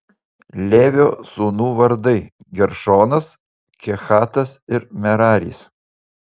levio sūnų vardai geršonas kehatas ir meraris